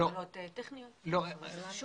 עד לפני